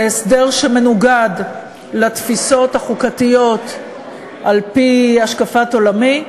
זה הסדר שמנוגד לתפיסות החוקתיות על-פי השקפת עולמי,